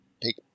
take